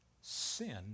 sin